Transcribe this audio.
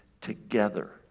together